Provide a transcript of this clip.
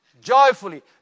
Joyfully